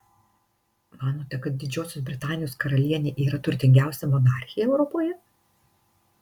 manote kad didžiosios britanijos karalienė yra turtingiausia monarchė europoje